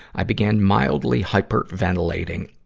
i began mildly hyperventilating,